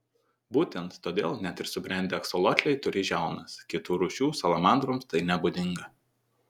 būtent todėl net ir subrendę aksolotliai turi žiaunas kitų rūšių salamandroms tai nebūdinga